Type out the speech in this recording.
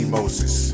Moses